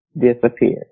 disappeared